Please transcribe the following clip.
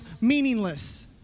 meaningless